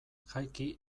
jaiki